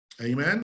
Amen